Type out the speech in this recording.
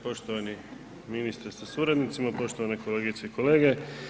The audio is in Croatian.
Poštovani ministre sa suradnicima, poštovane kolegice i kolege.